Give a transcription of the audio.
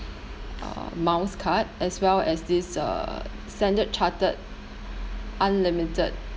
uh miles card as well as this uh standard chartered unlimited